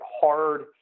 hard